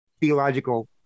theological